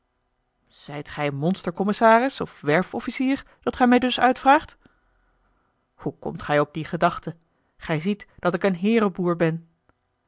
zijt gij monster commissaris of werf officier dat gij mij dus uitvraagt hoe komt gij op die gedachte gij ziet dat ik een heereboer ben